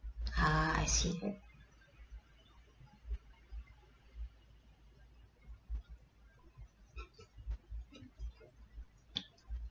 ah I see